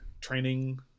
training